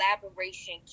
collaboration